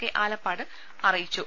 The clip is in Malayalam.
കെ ആലപ്പാട് അറിയിച്ചു